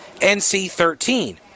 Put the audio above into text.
NC-13